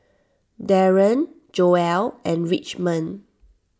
Daron Joell and Richmond